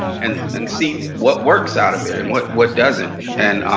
and and see what works out of it. and what what doesn't. and